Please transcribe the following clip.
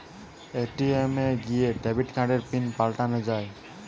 ATM এ গিয়ে debit কার্ডের পিন পাল্টানো যায়